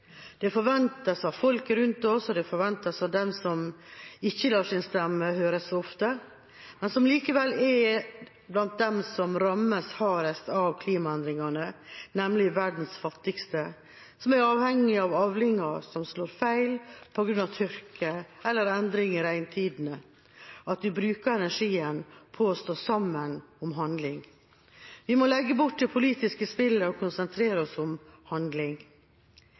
Det forventes av folket rundt oss, og det forventes av dem som ikke lar sin stemme høres så ofte, men som likevel er blant dem som rammes hardest av klimaendringene, nemlig verdens fattigste – som er avhengig av avlinger som slår feil på grunn av tørke eller endringer i regntider – at vi bruker energien på å stå sammen om handling. Vi må legge bort det politiske spillet og konsentrere oss om handling.